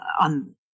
on –